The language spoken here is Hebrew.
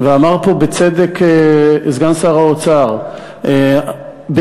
ואמר פה בצדק סגן שר האוצר באמפתיה,